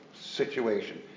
situation